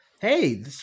Hey